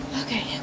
Okay